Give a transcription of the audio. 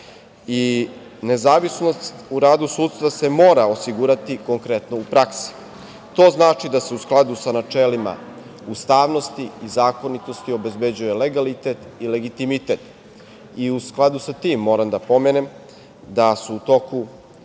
Nezavisnost u radu sudstva se mora osigurati konkretno u praksi. To znači da se u skladu sa načelima ustavnosti i zakonitosti obezbeđuje legalitet i legitimitet i u skladu sa tim moram da pomenem da je u toku